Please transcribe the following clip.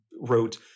wrote